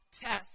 test